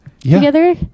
together